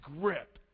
grip